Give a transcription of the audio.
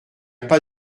pas